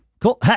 Cool